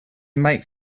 make